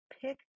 pick